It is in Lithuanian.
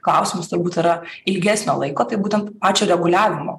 klausimas turbūt yra ilgesnio laiko tai būtent pačio reguliavimo